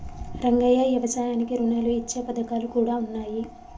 రంగయ్య యవసాయానికి రుణాలు ఇచ్చే పథకాలు కూడా ఉన్నాయి